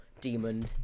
demon